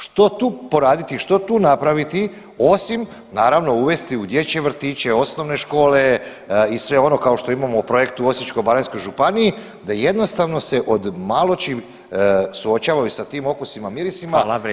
Što tu poraditi i što tu napraviti osim naravno, uvesti u dječje vrtiće, osnovne škole i sve ono kao što imamo u projektu u Osječko-baranjskoj županiji da jednostavno se od maločim suočavamo i sa tim okusima, mirisima,